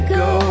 go